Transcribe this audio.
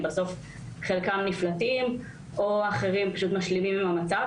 בסוף חלקם נפלטים או שאחרים פשוט משלימים עם המצב.